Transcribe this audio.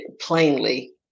plainly